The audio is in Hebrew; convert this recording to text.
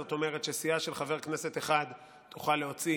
זאת אומרת, סיעה של חבר כנסת אחד תוכל להוציא